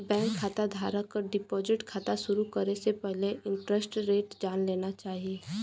bank खाता धारक क डिपाजिट खाता शुरू करे से पहिले इंटरेस्ट रेट जान लेना चाही